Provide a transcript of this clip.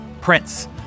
Prince